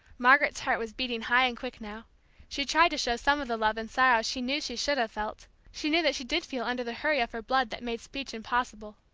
margaret's heart was beating high and quick now she tried to show some of the love and sorrow she knew she should have felt, she knew that she did feel under the hurry of her blood that made speech impossible.